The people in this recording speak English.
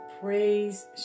praise